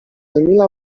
emila